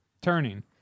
Turning